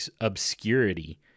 obscurity